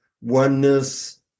oneness